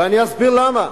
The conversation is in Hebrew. ואני אסביר למה.